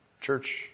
Church